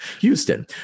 Houston